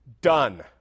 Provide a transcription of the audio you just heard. Done